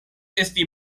esti